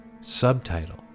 Subtitle